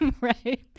Right